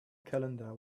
calendar